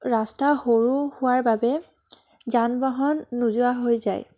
ৰাস্তা সৰু হোৱাৰ বাবে যান বাহন নোযোৱা হৈ যায়